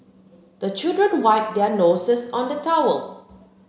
the children wipe their noses on the towel